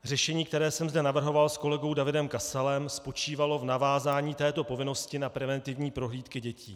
Řešení, které jsem zde navrhovalo s kolegou Davidem Kasalem, spočívalo v navázání této povinnosti na preventivní prohlídky dětí.